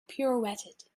pirouetted